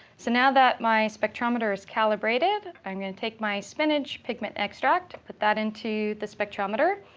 so now that my spectrometer is calibrated, i'm going to take my spinach pigment extract, put that into the spectrometer,